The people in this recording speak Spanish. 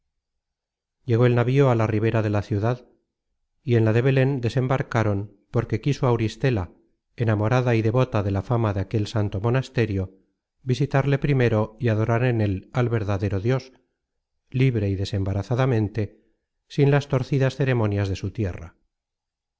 llegó el navío á la ribera de la ciudad y en la de belen desembarcaron porque quiso auristela enamorada y devota de la fama de aquel santo monasterio visitarle primero y adorar en él al verdadero dios libre y desembarazadamente sin las torcidas ceremonias de su tierra